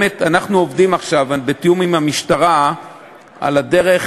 אנחנו עובדים עכשיו בתיאום עם המשטרה על הדרך